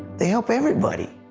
they help everybody.